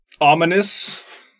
Ominous